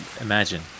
imagine